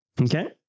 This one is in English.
Okay